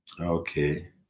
Okay